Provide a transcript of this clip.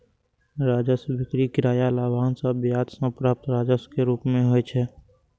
राजस्व बिक्री, किराया, लाभांश आ ब्याज सं प्राप्त राजस्व के रूप मे होइ छै